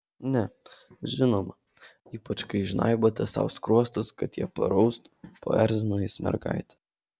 ne žinoma ypač kai žnaibote sau skruostus kad jie paraustų paerzino jis mergaitę